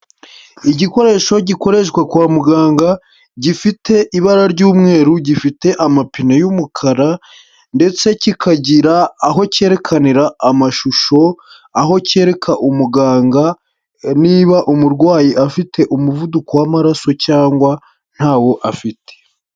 Igikoresho gikoreshwa kwa muganga, gifite ibara ry'umweru, gifite amapine y'umukara, ndetse kikagira aho cyerekanira amashusho, aho cyereka umuganga niba umurwayi afite umuvuduko w'amaraso cyangwa ntawo afite.